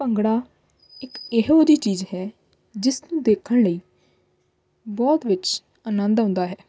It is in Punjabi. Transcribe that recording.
ਭੰਗੜਾ ਇੱਕ ਇਹੋ ਜਿਹੀ ਚੀਜ਼ ਹੈ ਜਿਸ ਨੂੰ ਦੇਖਣ ਲਈ ਬਹੁਤ ਵਿੱਚ ਆਨੰਦ ਆਉਂਦਾ ਹੈ